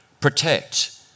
protect